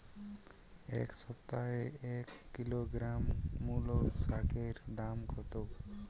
এ সপ্তাহে এক কিলোগ্রাম মুলো শাকের দাম কত?